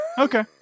Okay